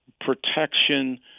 protection